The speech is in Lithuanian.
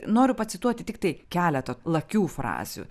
noriu pacituoti tiktai keletą lakių frazių